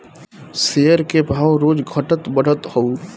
share के भाव रोज घटत बढ़त हअ